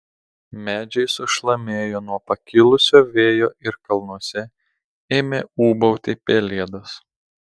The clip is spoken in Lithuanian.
medžiai sušlamėjo nuo pakilusio vėjo ir kalnuose ėmė ūbauti pelėdos